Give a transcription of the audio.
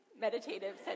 meditative